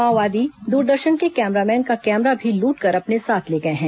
माओवादी दूरदर्शन के कैमरामैन का कैमरा भी लूटकर अपने साथ ले गए हैं